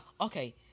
okay